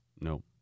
No